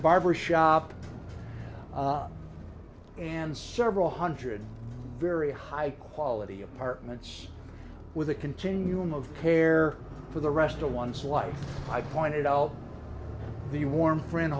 barber shop and several hundred very high quality apartments with a continuum of care for the rest of one's life i pointed out the war friend